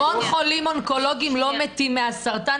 המון חולים אונקולוגיים לא מתים מהסרטן,